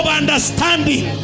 understanding